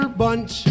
bunch